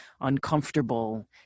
uncomfortable